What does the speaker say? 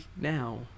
now